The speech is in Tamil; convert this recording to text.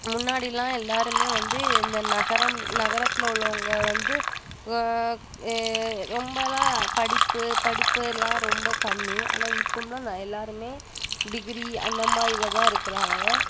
முன்னாடிலாம் எல்லாருமே வந்து இந்த நகரம் நகரத்தில் உள்ளவங்கள் வந்து ரொம்பலாம் படிப்பு படிப்புலாம் ரொம்ப கம்மி ஆனால் இப்போம்லாம் எல்லாருமே டிகிரி அந்த மாதிரில தான் இருக்கிறாங்க